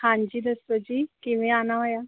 ਹਾਂਜੀ ਦੱਸੋ ਜੀ ਕਿਵੇਂ ਆਉਣਾ ਹੋਇਆ